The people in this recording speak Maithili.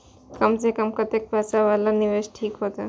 कम से कम कतेक पैसा वाला निवेश ठीक होते?